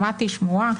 שמעתי שמועה